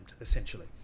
essentially